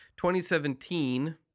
2017